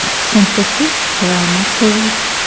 ah synthesis, for our muscles,